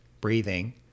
breathing